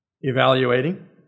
evaluating